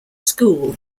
school